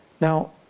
Now